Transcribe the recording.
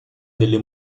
delle